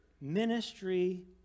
ministry